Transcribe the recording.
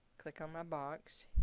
click on my box,